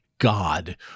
God